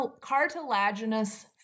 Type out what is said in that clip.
cartilaginous